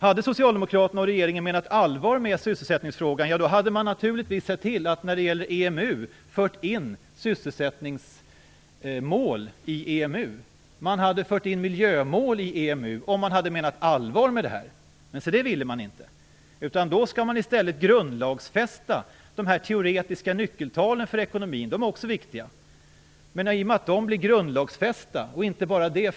Hade Socialdemokraterna och regeringen menat allvar med sysselsättningsfrågan hade man naturligtvis sett till att föra in sysselsättningsmål i EMU. Man hade fört in miljömål i EMU om man hade menat allvar med detta. Men se det ville man inte. Man skall i stället grundlagsfästa de teoretiska nyckeltalen för ekonomin. De är också viktiga. Men de blir grundlagsfästa, och inte bara det.